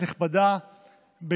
כנסת נכבדה,